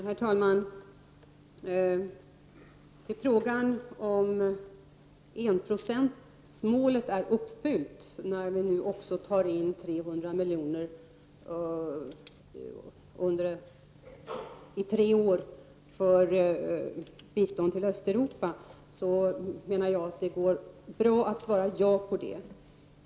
Herr talman! Frågan om huruvida enprocentsmålet är uppfyllt när vi nu även tar in 300 miljoner under tre år för bistånd till Östeuropa kan jag svara ja på.